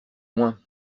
loin